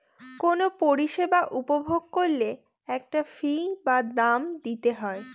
কোনো পরিষেবা উপভোগ করলে একটা ফী বা দাম দিতে হয়